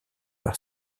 par